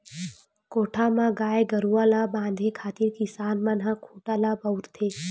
कोठा म गाय गरुवा ल बांधे खातिर किसान मन ह खूटा ल बउरथे